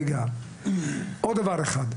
דבר נוסף,